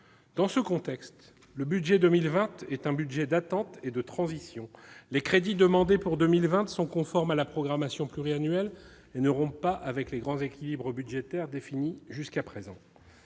Dans ce contexte, le projet de budget pour 2020 est un budget d'attente et de transition : les crédits demandés pour 2020 sont conformes à la programmation pluriannuelle et ne rompent pas avec les grands équilibres budgétaires définis jusqu'à présent.